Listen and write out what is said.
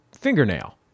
fingernail